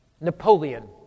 Napoleon